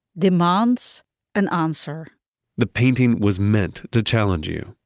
demands an answer the painting was meant to challenge you,